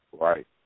right